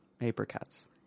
apricots